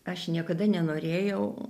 aš niekada nenorėjau